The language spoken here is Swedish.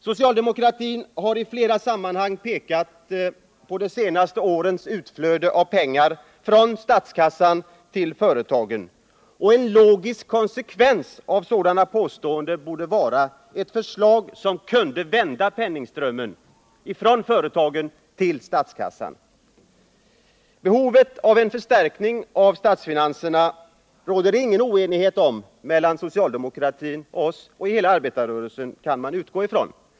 Socialdemokratin har i flera sammanhang pekat på de senaste årens utflöde av pengar från statskassan till företagen. En logisk konsekvens av sådana påståenden borde vara ett förslag som kunde vända penningströmmen från företagen till statskassan. Behovet av en förstärkning av statsfinanserna råder det ingen oenighet om mellan socialdemokraterna och oss — och hela arbetarrörelsen; det kan man utgå från.